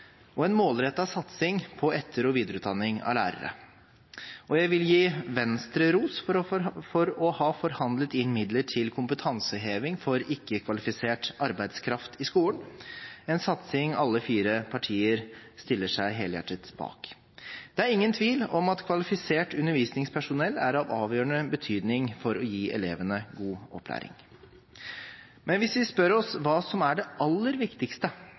og en målrettet satsing på etter- og videreutdanning av lærere. Jeg vil gi Venstre ros for å ha forhandlet inn midler til kompetanseheving for ikke-kvalifisert arbeidskraft i skolen – en satsing alle fire partier stiller seg helhjertet bak. Det er ingen tvil om at kvalifisert undervisningspersonell er av avgjørende betydning for å gi elevene god opplæring. Men hvis vi spør oss hva som er det aller viktigste